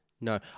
no